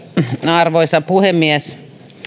arvoisa puhemies